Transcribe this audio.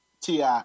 Ti